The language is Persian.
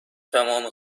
تمام